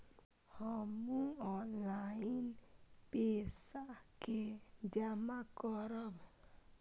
हमू ऑनलाईनपेसा के जमा करब?